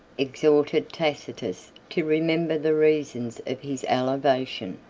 exhorted tacitus to remember the reasons of his elevation,